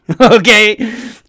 Okay